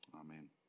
amen